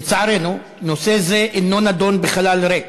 לצערנו, נושא זה אינו נדון בחלל ריק.